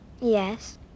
Yes